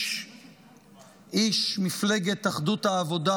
איש מפלגת אחדות העבודה,